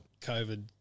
COVID